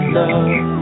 love